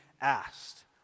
asked